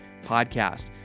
podcast